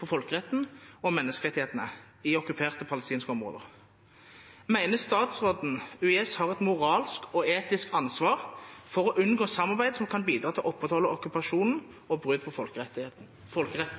på folkeretten og menneskerettighetene i okkuperte palestinske områder. Mener statsråden UiS har et moralsk og etisk ansvar for å unngå samarbeid som kan bidra til å opprettholde okkupasjonen og brudd på folkeretten?»